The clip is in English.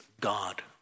God